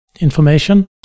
information